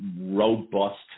robust